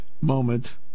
Moment